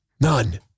None